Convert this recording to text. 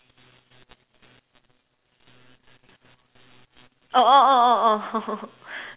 orh orh orh orh orh